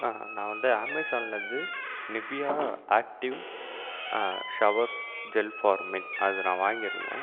நான் வந்து அமேசானில் இருந்து Nivea active shower gel for men அதை நான் வாங்கியிருந்தேன்